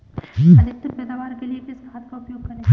अधिकतम पैदावार के लिए किस खाद का उपयोग करें?